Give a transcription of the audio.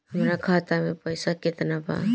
हमरा खाता में पइसा केतना बा?